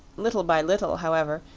little by little, however,